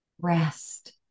rest